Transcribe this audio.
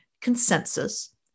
consensus